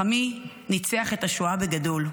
חמי ניצח את השואה בגדול.